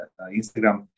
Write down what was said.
Instagram